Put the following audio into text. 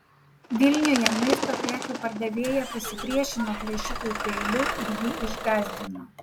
vilniuje maisto prekių pardavėja pasipriešino plėšikui peiliu ir jį išgąsdino